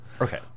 Okay